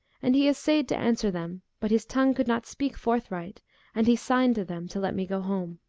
and he essayed to answer them but his tongue could not speak forthright and he signed to them to let me go home.